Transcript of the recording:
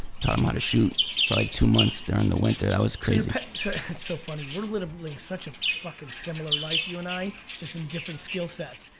taught him how to shoot for like two months during the winter. that was crazy! so it's so funny. we're living such a fucking similar life, you and i, just in different skillsets,